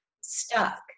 stuck